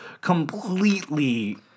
completely